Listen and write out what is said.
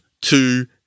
two